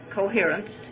coherence